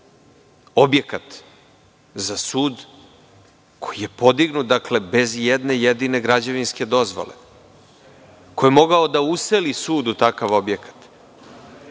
objekat za sud koji je podignut bez jedne jedine građevinske dozvole? Ko je mogao da useli sud u takav objekat? Nemojte